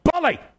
bully